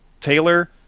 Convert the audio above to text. Taylor